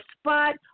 spot